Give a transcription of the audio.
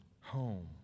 home